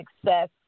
success